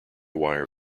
wire